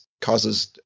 causes